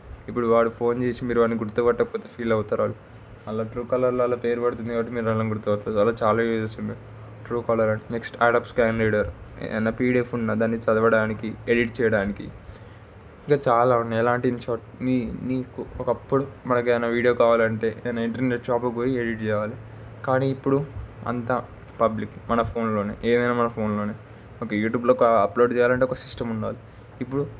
ఇప్పుడు వాడు ఫోన్ చేసి మీరు వాడిని గుర్తుపట్టకపోతే ఫీల్ అవుతారు వాళ్ళు అలా ట్రూకాలర్లలో పేరు పడుతుంది కాబట్టి మీరు వాళ్ళని గుర్తుపట్టవచ్చు అలా చాలా యూజెస్ ఉన్నాయి Truecaller next Adobe scan reader ఏదైనా పిడిఎఫ్ ఉన్న దాన్ని చదవడానికి ఎడిట్ చేయడానికి ఇంకా చాలా ఉన్నాయి ఎలా అంటే నీ నీకు ఒకప్పుడు మనకి ఏదైనా వీడియో కావాలంటే ఏదైనా ఇంటర్నెట్ షాప్కు పోయి ఎడిట్ చేయాలి కానీ ఇప్పుడు అంతా పబ్లిక్ మన ఫోన్లోనే ఏదైనా మన ఫోన్లోనే ఒక యూట్యూబ్లో ఒక అప్లోడ్ చేయాలి అంటే ఒక సిస్టం ఉండాలి ఇప్పుడు